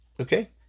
Okay